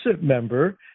member